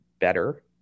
better